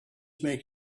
make